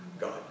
God